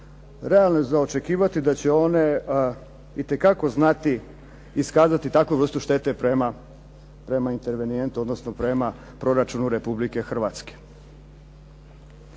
realno je za očekivati da će one itekako znati iskazati takvu vrstu štete prema intervenijentu odnosno prema proračunu Republike Hrvatske.